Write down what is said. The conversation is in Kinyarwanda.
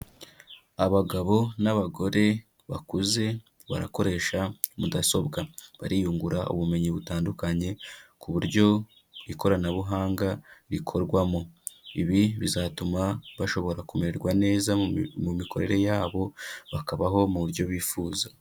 Abagabo n'abagore bakuze barakoresha mudasobwa, bariyungura ubumenyi butandukanye ku buryo ikoranabuhanga rikorwamo, ibi bizatuma bashobora kumererwa neza mu mikorere yabo, bakabaho mu buryo bifuza.